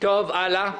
טוב, הלאה.